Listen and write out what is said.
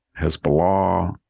Hezbollah